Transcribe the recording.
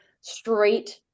straight